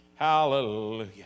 Hallelujah